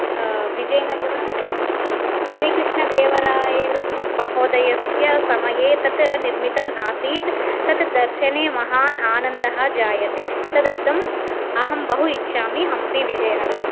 विजयनगर स्रीकृष्णदेवरायलु महोदयस्य समये तत् निर्मितम् आसीत् तत् दर्शने महान् आनन्दः जायते तदर्थम् अहं बहु इच्चामि हम्पि विजयनगरं